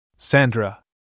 Sandra